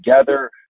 together